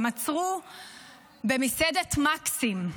הם עצרו במסעדת מקסים,